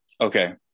Okay